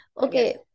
Okay